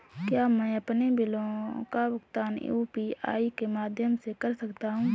क्या मैं अपने बिलों का भुगतान यू.पी.आई के माध्यम से कर सकता हूँ?